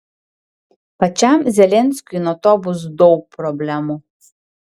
pačiam zelenskiui nuo to bus daug problemų